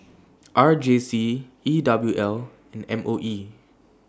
R J C E W L and M O E